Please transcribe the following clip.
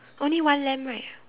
only one lamp right